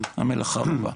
המלאכה מרובה.